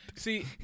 See